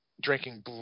drinking